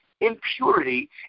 impurity